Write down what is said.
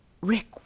Rick